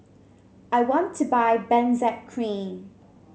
I want to buy Benzac Cream